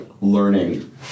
learning